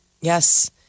Yes